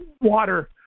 water